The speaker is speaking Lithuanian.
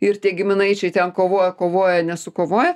ir tie giminaičiai ten kovoja kovoja nesukovoja